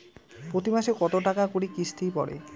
প্রতি মাসে কতো টাকা করি কিস্তি পরে?